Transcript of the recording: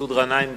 מסעוד גנאים.